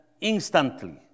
instantly